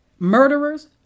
murderers